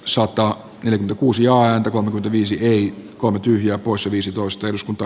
sota yli kuusi ääntä kun viisi neljä kolme tyhjää poissa viisitoista eduskunta